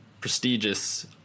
prestigious